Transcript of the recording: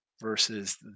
versus